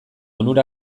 onura